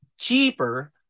cheaper